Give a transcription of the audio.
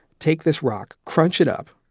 take this rock, crunch it up,